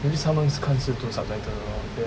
maybe someone 看是读 subtitle 的 lor then